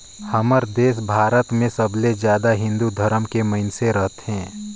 हमर देस भारत मे सबले जादा हिन्दू धरम के मइनसे रथें